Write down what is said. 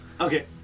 Okay